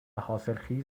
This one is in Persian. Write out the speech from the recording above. حاصلخیز